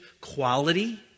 quality